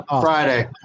Friday